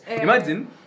Imagine